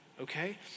okay